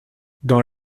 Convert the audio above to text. dans